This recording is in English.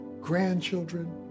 grandchildren